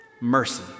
mercy